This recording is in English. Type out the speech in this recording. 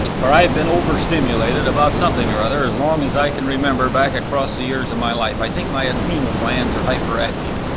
for i've been over stimulated about something or other as long as i can remember back across the years of my life. i think my adrenal glands are hyperactive.